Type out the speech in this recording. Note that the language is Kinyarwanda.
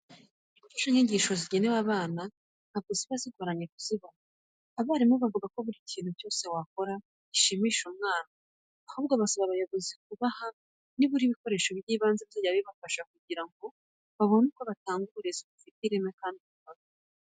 Imfashanyigisho zigenewe abana ntabwo ziba zigoranye kuzibona. Abarimu bavuga ko buri kintu cyose wakora gishimisha umwana. Ahubwo basaba abayobozi kubaha nibura ibikoresho by'ibanze bizajya bibafasha kugira ngo babone uko batanga uburezi bufite ireme kandi bunoze.